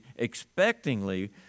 expectingly